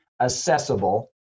accessible